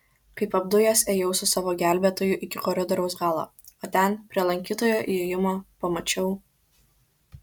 kaip apdujęs ėjau su savo gelbėtoju iki koridoriaus galo o ten prie lankytojų įėjimo pamačiau